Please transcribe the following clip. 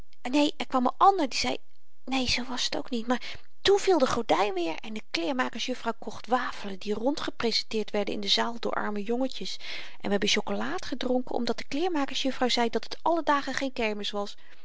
neen er kwam n ander die zei neen zoo was t ook niet maar toen viel de gordyn weer en de kleermakers juffrouw kocht wafelen die rondgeprezenteerd werden in de zaal door arme jongetjes en we hebben chocolaad gedronken omdat de kleermakers juffrouw zei dat t alle dagen geen kermis was